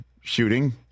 shooting